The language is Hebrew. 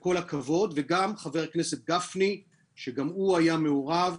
כל הכבוד, וגם לחבר הכנסת גפני שגם הוא היה מעורב.